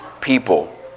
people